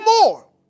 more